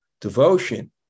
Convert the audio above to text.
devotion